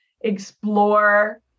explore